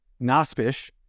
Naspish